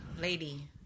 Lady